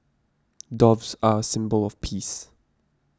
doves are a symbol of peace